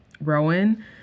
Rowan